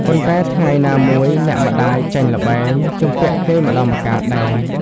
ប៉ុន្តែថ្ងៃណាមួយអ្នកម្ដាយចាញ់ល្បែង ជំពាក់គេម្ដងម្កាលដែរ ។